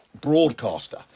broadcaster